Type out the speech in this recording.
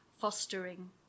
fostering